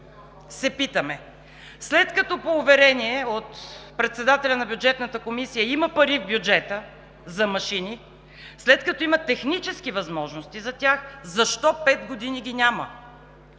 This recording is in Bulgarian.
се защо, след като по уверение от председателя на Бюджетната комисия има пари в бюджета за машини, след като има технически възможности за тях, защо пет години ги няма?